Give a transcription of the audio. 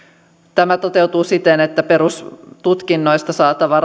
tämä toteutuu siten että perustutkinnoista saatava